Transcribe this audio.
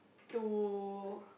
to